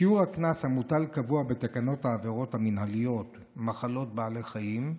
שיעור הקנס המוטל קבוע בתקנות העבירות המינהליות (מחלות בעלי חיים),